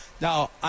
Now